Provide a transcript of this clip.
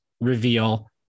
reveal